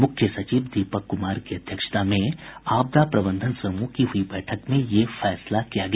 मुख्य सचिव दीपक कुमार की अध्यक्षता में आपदा प्रबंधन समूह की हुई बैठक में यह फैसला किया गया